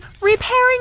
repairing